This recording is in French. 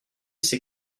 c’est